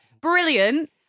Brilliant